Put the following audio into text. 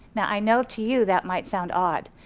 now i know to you that might sound odd.